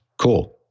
Cool